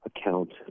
account